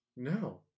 No